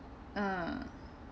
ah